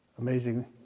Amazing